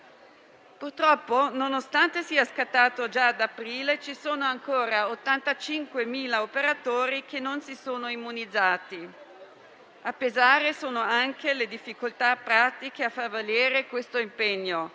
Purtroppo, nonostante sia scattato già da aprile, ci sono ancora 85.000 operatori che non si sono immunizzati. A pesare sono anche le difficoltà pratiche nel far valere questo impegno: